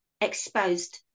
exposed